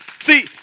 see